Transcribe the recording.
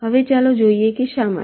હવે ચાલો જોઈએ કે શા માટે